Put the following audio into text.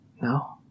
No